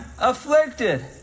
afflicted